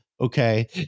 Okay